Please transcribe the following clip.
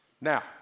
Now